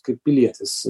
kaip pilietis